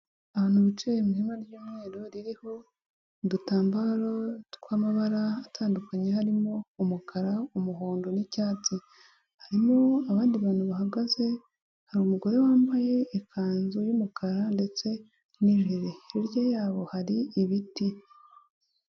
Abantu bicaye mu ihema ry'umweru ririho udutambaro tw'amabara atandukanye harimo umukara, umuhondo n'icyatsi harimo abandi bantu bahagaze hari umugore wambaye ikanzu y'umukara ndetse n'ijire hirya y'abo hari ibiti.